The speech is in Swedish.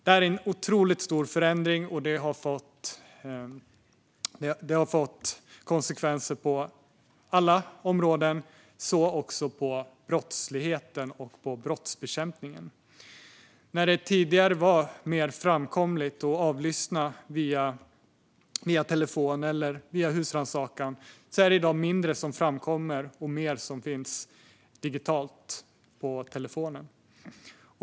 Det här är en otroligt stor förändring, och det har fått konsekvenser på alla områden, så också när det gäller brottslighet och brottsbekämpning. När det tidigare var mer framkomligt med telefonavlyssning eller husrannsakan är det i dag mindre som framkommer där och mer som finns digitalt på telefonen.